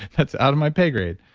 that's out of my pay grade.